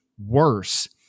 worse